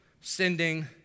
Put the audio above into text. sending